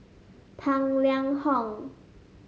Tang Liang Hong